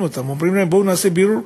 אותם ואומרים להם: בואו נעשה בירור,